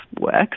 works